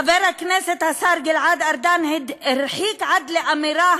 חבר הכנסת השר גלעד ארדן הרחיק עד לאמירה,